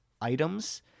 items